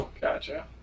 Gotcha